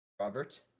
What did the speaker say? Robert